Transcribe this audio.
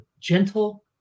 gentle